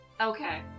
Okay